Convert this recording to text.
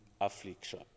affliction